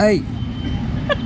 हई